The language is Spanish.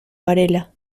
varela